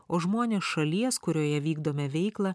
o žmonės šalies kurioje vykdome veiklą